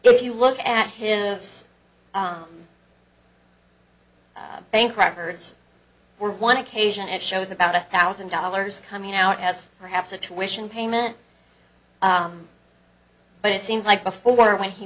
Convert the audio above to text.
if you look at him as bank records were one occasion it shows about a thousand dollars coming out as perhaps a tuition payment but it seems like before when he